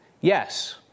Yes